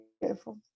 beautiful